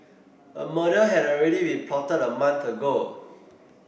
a murder had already been plotted a month ago